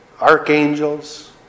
archangels